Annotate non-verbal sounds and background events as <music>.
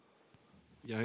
ja <unintelligible>